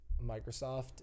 Microsoft